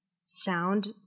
sound